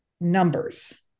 numbers